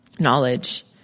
knowledge